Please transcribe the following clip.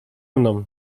mną